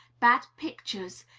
bad pictures,